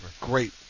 great